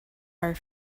are